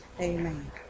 Amen